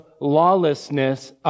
lawlessness